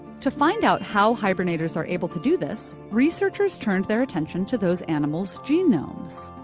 to find out how hibernators are able to do this, researchers turned their attention to those animal's genomes.